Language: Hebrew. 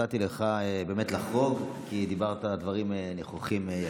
נתתי לך באמת לחרוג כי דיברת דברים יפים ונכוחים.